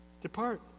Depart